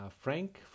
Frank